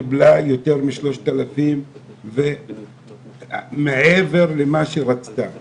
קיבלה יותר מ-3,000 ומעבר למה שרצתה;